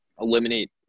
eliminate